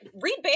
read